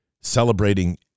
celebrating